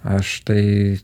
aš tai